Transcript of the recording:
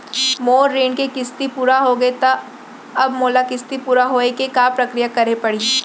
मोर ऋण के किस्ती पूरा होगे हे ता अब मोला किस्ती पूरा होए के का प्रक्रिया करे पड़ही?